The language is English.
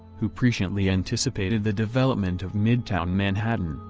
who presciently anticipated the development of midtown manhattan,